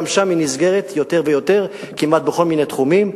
גם שם היא נסגרת יותר ויותר בכל מיני תחומים,